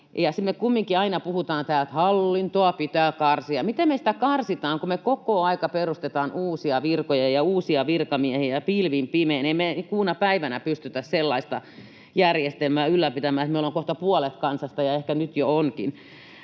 kumminkin aina puhutaan, että hallintoa pitää karsia. Miten me sitä karsitaan, kun me koko ajan perustetaan uusia virkoja ja uusia virkamiehiä pilvin pimein? Ei me kuuna päivänä pystytä sellaista järjestelmää ylläpitämään, että meillä on kohta puolet kansasta, ja ehkä nyt jo onkin,